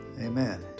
Amen